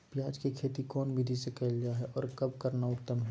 प्याज के खेती कौन विधि से कैल जा है, और कब करना उत्तम है?